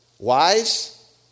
Wise